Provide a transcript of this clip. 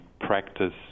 practice